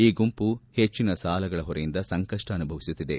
ಈ ಗುಂಪು ಹೆಚ್ಚಿನ ಸಾಲಗಳ ಹೊರೆಯಿಂದ ಸಂಕಷ್ಟ ಅನುಭವಿಸುತ್ತಿದೆ